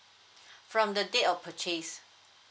from the date of purchase